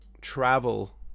travel